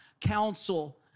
counsel